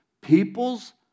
people's